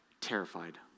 terrified